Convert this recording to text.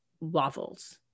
waffles